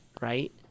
right